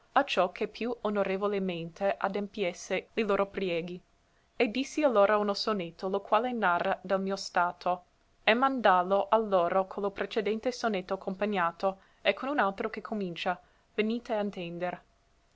esse acciò che più onorevolemente adempiesse li loro prieghi e dissi allora uno sonetto lo quale narra del mio stato e mandàlo a loro co lo precedente sonetto accompagnato e con un altro che comincia venite a intender